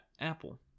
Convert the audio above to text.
apple